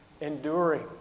enduring